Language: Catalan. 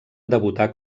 debutà